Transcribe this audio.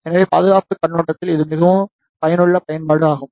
எனவே பாதுகாப்புக் கண்ணோட்டத்தில் இது மிகவும் பயனுள்ள பயன்பாடு ஆகும்